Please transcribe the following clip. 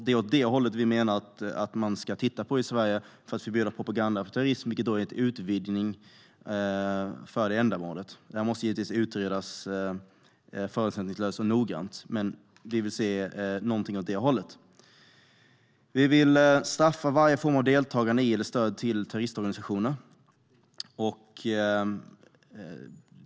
Det är åt det hållet vi menar att man ska titta i Sverige för att förbjuda propaganda för terrorism, vilket är en utvidgning för detta ändamål. Det här måste givetvis utredas förutsättningslöst och noggrant, men vi vill se någonting åt det hållet. Vi vill straffa varje form av deltagande i eller stöd till terroristorganisationer.